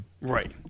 Right